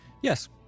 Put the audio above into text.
Yes